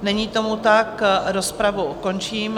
Není tomu tak, rozpravu končím.